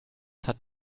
hat